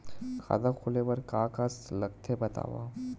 खाता खोले बार का का लगथे बतावव?